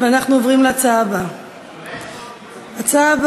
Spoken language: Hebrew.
הצעת חוק